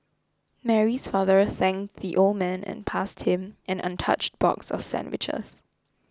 Mary's father thanked the old man and passed him an untouched box of sandwiches